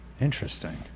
Interesting